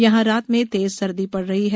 यहां रात में तेज सर्दी पड़ रही है